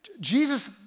Jesus